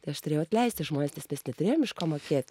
tai aš turėjau atleisti žmones nes mes neturėjom iš ko mokėt